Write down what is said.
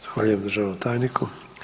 Zahvaljujem državnom tajniku.